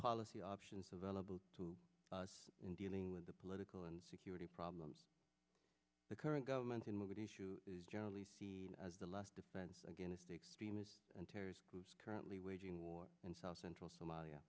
policy options available to us in dealing with the political and security problems the current government in mogadishu generally see as the last defense against extremists and terrorist groups currently waging war in south central somalia